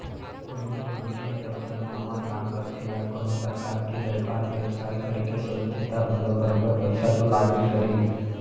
कोनो भी मनसे ह जब कोनो नवा काम करथे या कोनो परकार के बयपार बेवसाय करे के सोचथे त ओला बरोबर पइसा तो लागबे करही